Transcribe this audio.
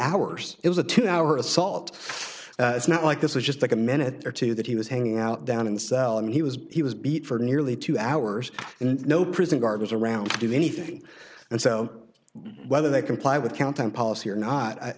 hours it was a two hour assault it's not like this is just like a minute or two that he was hanging out down in the cell and he was he was beat for nearly two hours and no prison guard was around to do anything and so whether they comply with counting policy or not i